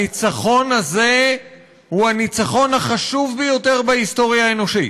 הניצחון הזה הוא הניצחון החשוב ביותר בהיסטוריה האנושית,